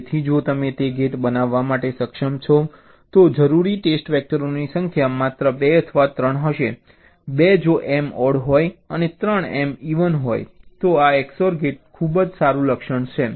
તેથી જો તમે તે ગેટ બનાવવા માટે સક્ષમ છો તો જરૂરી ટેસ્ટ વેક્ટરની સંખ્યા માત્ર 2 અથવા 3 હશે 2 જો m ઑડ હોય અને 3 m ઇવન હોય તો આ XOR ગેટનું ખૂબ જ સારું લક્ષણ છે